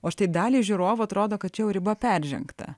o štai daliai žiūrovų atrodo kad čia jau riba peržengta